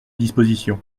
dispositions